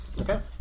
Okay